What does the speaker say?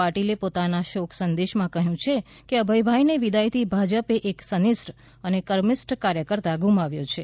પાટિલે પોતાના શોક સંદેશા માં કહ્યું ચ્હે કે અભયભાઇ ને વિદાય થી ભાજપે એક સન્નિષ્ઠ અને કર્મઠ કાર્યકર્તા ગુમાવ્યો છે